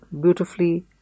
beautifully